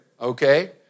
okay